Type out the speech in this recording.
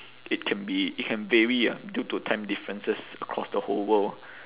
it can be it can vary ah due to time differences across the whole world